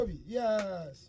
Yes